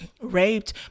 raped